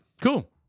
cool